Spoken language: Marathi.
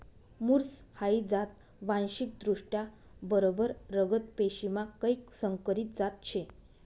मुर्स हाई जात वांशिकदृष्ट्या बरबर रगत पेशीमा कैक संकरीत जात शे